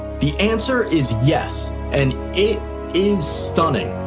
the answer is yes and it is stunning.